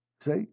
See